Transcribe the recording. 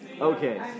Okay